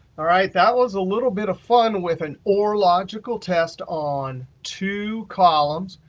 all right, that was a little bit of fun with an or logical test on two columns.